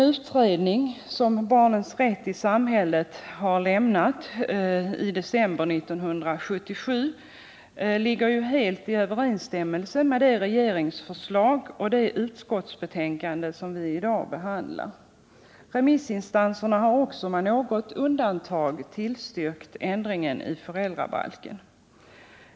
Utredningen Barnens rätt i samhället har i december 1977 avlämnat ett delbetänkande, som står helt i överensstämmelse med det regeringsförslag och det utskottsbetänkande vi i dag behandlar. Remissinstanserna har också med något undantag tillstyrkt ändringen i föräldrabalken.